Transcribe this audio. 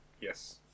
yes